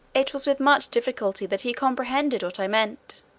it was with much difficulty that he comprehended what i meant,